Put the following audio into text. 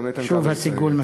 גם איתן כבל פה.